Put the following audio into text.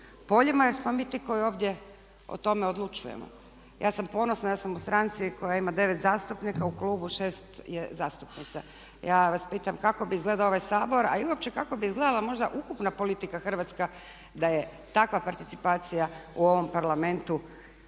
poljima jer smo mi ti koji ovdje o tome odlučujemo. Ja sam ponosna, ja sam u stranci koja ima 9 zastupnika u klubu, 6 je zastupnica. Ja vas pitam kako bi izgledao ovaj Sabor a i uopće kako bi izgledala možda ukupna politika Hrvatska da je takva participacija u ovom Parlamentu